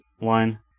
line